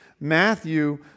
Matthew